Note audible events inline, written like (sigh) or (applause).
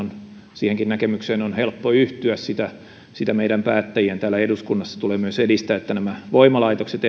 siihenkin näkemykseen on helppo yhtyä meidän päättäjien täällä eduskunnassa tulee myös edistää sitä että nämä voimalaitokset (unintelligible)